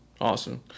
awesome